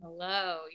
Hello